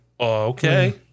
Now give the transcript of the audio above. okay